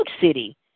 city